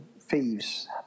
thieves